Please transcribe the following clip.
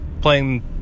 playing